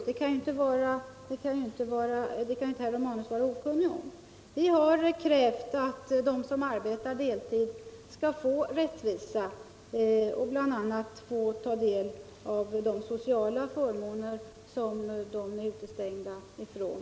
Det kan inte herr Romanus vara okunnig om. Vi har krävt att de som arbetar deltid skall få ta del av de sociala förmåner som de nu är utestängda från.